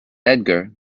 edgar